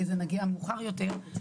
כי לזה נגיע מאוחר יותר.